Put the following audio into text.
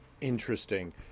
Interesting